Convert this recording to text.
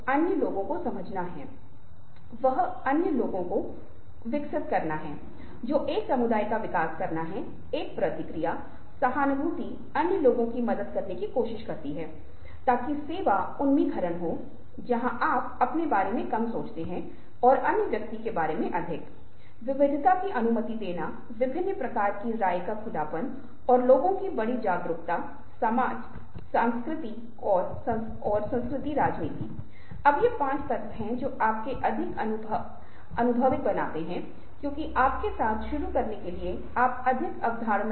इसलिए इस विशेष संदर्भ में मैं मौन रहने की बात लाया हूं आपको यह महसूस करना है कि बातचीत मे बहुत महत्वपूर्ण भूमिका निभाता है मौन संवाद करने का प्रबंधन करता है मौन किसी विशेष चीज के बारे में एक निश्चित डिग्री या महत्व का निर्माण करता है और आप कई रणनीतिक तरीकों से मौन का उपयोग कर सकते हैं उनमें से एक था जिस तरह से बुद्ध ने एक निश्चित अवधि के लिए मौन का उपयोग किया ताकि लोगों को जंगल से निकाला जा सके और फिर एक विराम के बाद एक प्रतिक्रिया के रूप में एक दृष्टांत दिया जा सके